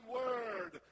word